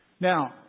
Now